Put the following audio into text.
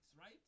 right